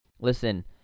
listen